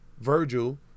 virgil